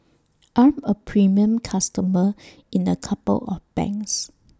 I'm A premium customer in A couple of banks